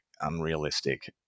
unrealistic